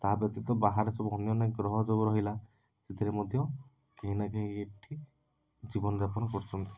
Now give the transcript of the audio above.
ତା' ବ୍ୟତୀତ ବାହାରେ ସବୁ ଅନ୍ୟାନ୍ୟ ଗ୍ରହ ଯେଉଁ ରହିଲା ସେଥିରେ ମଧ୍ୟ କେହି ନା କେହି ଏଠି ଜୀବନଯାପନ କରୁଛନ୍ତି